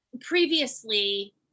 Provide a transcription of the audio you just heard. previously